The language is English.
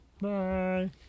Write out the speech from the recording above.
Bye